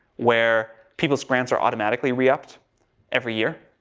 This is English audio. where people's grants are automatically reupped every year,